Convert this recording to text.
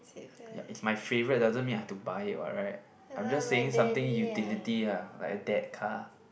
ya it's my favourite doesn't mean I have to buy it what right I'm just saying something utility ah like a dad car